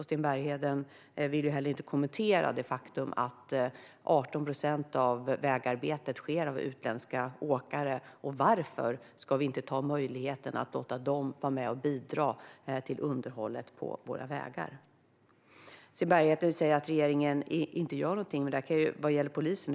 Sten Bergheden vill heller inte kommentera det faktum att 18 procent av vägarbetet utförs av utländska åkare. Varför ska vi inte ta vara på möjligheten att låta dem vara med och bidra till underhållet av våra vägar? Sten Bergheden säger att regeringen inte gör någonting vad gäller polisen.